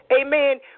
amen